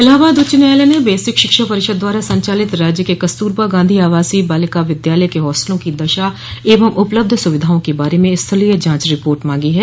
इलाहाबाद उच्च न्यायालय ने बेसिक शिक्षा परिषद द्वारा संचालित राज्य के कस्तूरबा गांधी आवासीय बालिका विद्यालय के हास्टलों की दशा एवं उपलब्ध सुविधाओं के बारे में स्थलीय जांच रिपोर्ट मांगी है